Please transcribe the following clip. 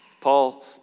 Paul